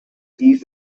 east